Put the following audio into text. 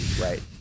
right